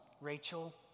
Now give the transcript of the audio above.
Rachel